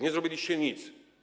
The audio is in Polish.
Nie zrobiliście nic.